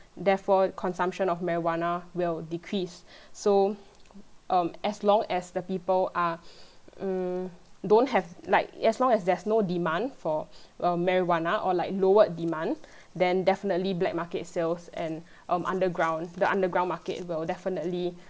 therefore consumption of marijuana will decrease so um as long as the people are um don't have like as long as there's no demand for uh marijuana or like lowered demand then definitely black market sales and um underground the underground market will definitely